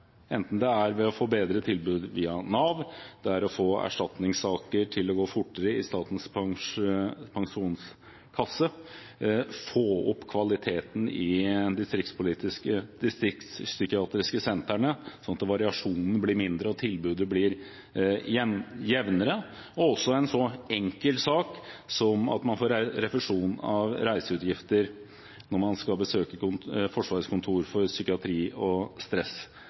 ved å gi bedre tilbud via Nav, få erstatningssaker til å gå fortere i Statens pensjonskasse, få opp kvaliteten i de distriktspsykiatriske sentrene, slik at variasjonene blir mindre og tilbudene blir jevnere, eller ved noe så enkelt som at man får refusjon for reiseutgifter når man skal besøke Forsvarets Kontor for psykiatri og